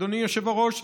אדוני היושב-ראש,